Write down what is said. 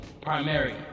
primary